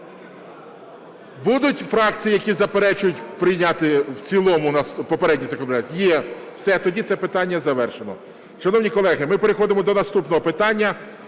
Будуть фракції, які заперечують, прийняти в цілому попередній законопроект? Є. Все, тоді це питання завершено. Шановні колеги, ми переходимо до наступного питання.